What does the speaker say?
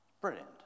Brilliant